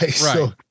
Right